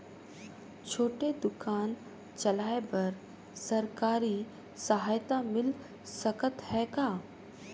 छोटे दुकान चलाय बर सरकारी सहायता मिल सकत हे का?